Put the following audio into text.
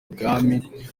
bwami